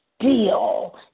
Deal